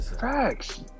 Facts